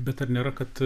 bet ar nėra kad